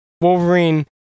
Wolverine